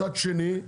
מצד שני,